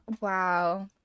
Wow